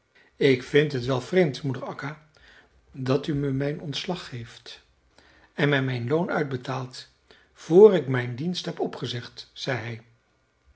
ik vind het wel vreemd moeder akka dat u me mijn ontslag geeft en mij mijn loon uitbetaalt vr ik mijn dienst heb opgezegd zei